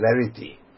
clarity